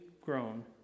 grown